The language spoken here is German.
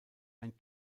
ein